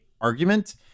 argument